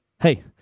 Hey